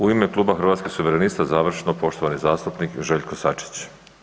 U ime Kluba Hrvatskih suverenista završno poštovani zastupnik Željko Sačić.